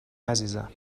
عزیزم